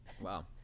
Wow